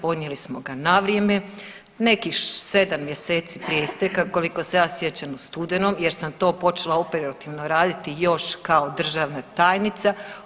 Podnijeli smo ga na vrijeme nekih 7 mjeseci prije isteka koliko se ja sjećam u studenom, jer sam to počela operativno raditi još kao državna tajnica.